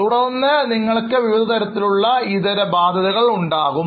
തുടർന്ന് നിങ്ങൾക്ക് വിവിധ തരത്തിലുള്ള ഇതര ബാധ്യതകൾ ഉണ്ടാകും